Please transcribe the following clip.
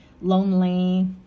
lonely